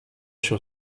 się